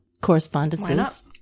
correspondences